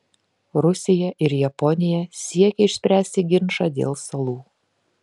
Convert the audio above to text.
rusija ir japonija siekia išspręsti ginčą dėl salų